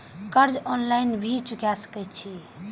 कर्जा ऑनलाइन भी चुका सके छी?